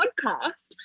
podcast